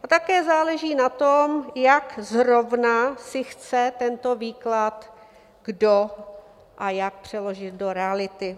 A také záleží na tom, jak zrovna si chce tento výklad kdo a jak přeložit do reality.